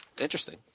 interesting